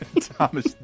Thomas